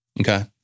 Okay